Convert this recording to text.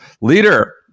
Leader